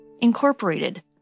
Incorporated